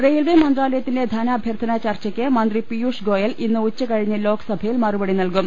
railway മന്ത്രാലയത്തിന്റെ ധനാഭ്യർത്ഥന ചർച്ചക്ക് മന്ത്രി പീയുഷ് ഗോയൽ ഇന്ന് ഉച്ചകഴിഞ്ഞ് ലോക്സഭയിൽ മറുപടി നൽകും